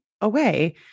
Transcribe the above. away